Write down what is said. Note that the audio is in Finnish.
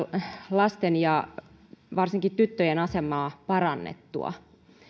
lasten ja varsinkin tyttöjen asemaa parannettua